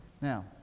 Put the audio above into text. Now